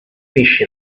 fish